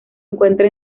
encuentra